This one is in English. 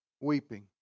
weeping